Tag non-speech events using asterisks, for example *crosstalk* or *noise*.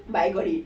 *laughs*